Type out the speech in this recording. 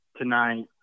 tonight